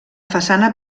façana